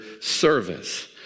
service